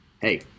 Hey